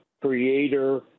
creator